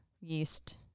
yeast